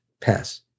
Pass